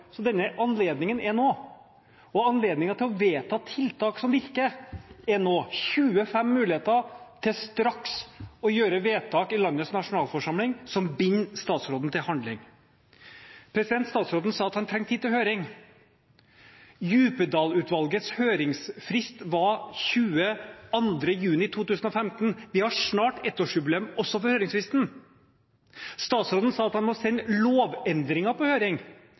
Anledningen er nå, og anledningen til å vedta tiltak som virker, er nå – 25 muligheter til straks å gjøre vedtak i landets nasjonalforsamling som binder statsråden til handling. Statsråden sa at han trengte tid til høring. Djupedal-utvalgets høringsfrist var 22. juni 2015 – vi har snart ettårsjubileum også for høringsfristen. Statsråden sa at han må sende lovendringer på høring.